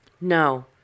No